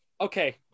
okay